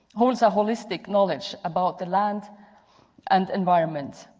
hold so a holistic knowledge about the land and environment.